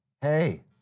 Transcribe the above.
Hey